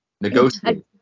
Negotiate